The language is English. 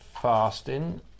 fasting